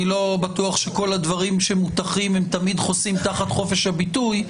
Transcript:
אני לא בטוח שכל הדברים שמוטחים תמיד חוסים תחת חופש הביטוי,